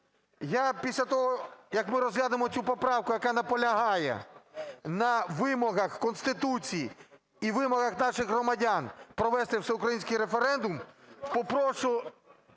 Я після того, як ми розглянемо цю поправку, яка наполягає на вимогах Конституції і вимогах наших громадян провести всеукраїнський референдум, попрошу